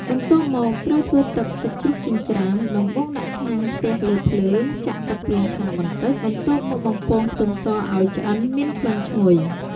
បន្ទាប់មក ត្រូវធ្វើទឹកសាច់ជ្រូកចិញ្ច្រាំ ដំបូងដាក់ឆ្នាំងខ្ទះលើភ្លើង ចាក់ទឹកប្រេងឆាបន្តិច បន្ទាប់មកបំពងខ្ទឹមសឲ្យឆ្អិនមានក្លិនឈ្ងុយ។